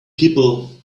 people